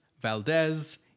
Valdez